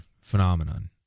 phenomenon